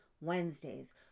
Wednesdays